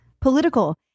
political